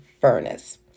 furnace